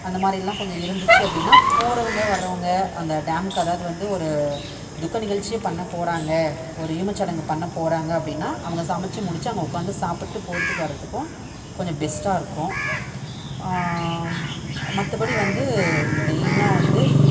அந்த மாதிரில்லாம் கொஞ்சம் இருந்துச்சு அப்படின்னா போகிறவுங்க வர்றவங்க அந்த டேமுக்கு அதாவது வந்து ஒரு துக்க நிகழ்ச்சியே பண்ணப் போகிறாங்க ஒரு ஈமச்சடங்கு பண்ணப் போகிறாங்க அப்படின்னா அவங்க சமைச்சு முடிச்சு அங்கே உட்காந்து சாப்பிட்டு போகிறதுக்கும் வர்றதுக்கும் கொஞ்சம் பெஸ்ட்டாக இருக்கும் மற்றப்படி வந்து மெய்னாக வந்து